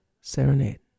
Serenade